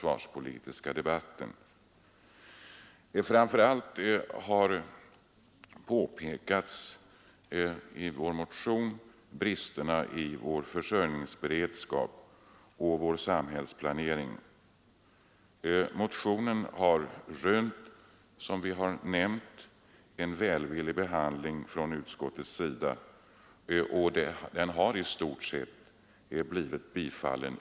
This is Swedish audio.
Vår motion har framför allt pekat på bristerna i vår försörjningsberedskap och vår samhällsplanering. Som vi har nämnt har motionen rönt en välvillig behandling från utskottets sida. Motionen har i stort sett blivit bifallen.